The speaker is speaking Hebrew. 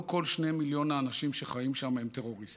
לא כל 2 מיליון האנשים שחיים שם הם טרוריסטים.